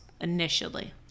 initially